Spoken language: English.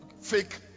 fake